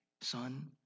son